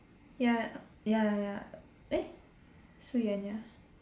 ya ya ya ya eh Su Xian ya